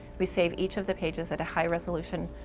we save each of the pages at a high resolution,